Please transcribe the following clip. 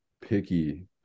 picky